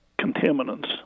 contaminants